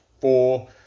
four